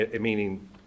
meaning